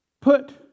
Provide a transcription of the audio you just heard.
put